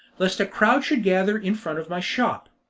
lest a crowd should gather in front of my shop.